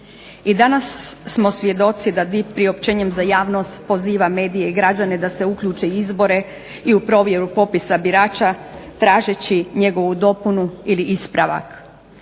I danas smo svjedoci da DIP priopćenjem za javnost poziva medije i građane da se uključe u izbore i u provjeru popisa birača tražeći njegovu dopunu ili ispravak.